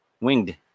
Winged